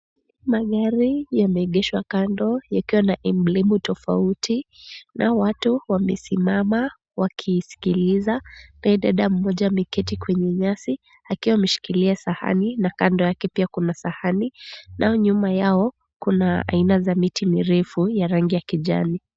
Magari yameegeshwa kando yakiwa na emblemu tofauti na watu wamesimama wakiisikiliza. Pia, dada mmoja ameketi kwenye nyasi akiwa ameshikilia sahani na kando yake pia kuna sahani, na nyuma yao kuna aina ya miti mirefu ya rangi ya kijani.